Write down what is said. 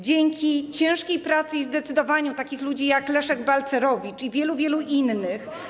Dzięki ciężkiej pracy i zdecydowaniu takich ludzi, jak Leszek Balcerowicz i wielu, wielu innych.